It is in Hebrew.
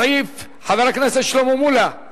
חבר הכנסת שלמה מולה,